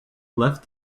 left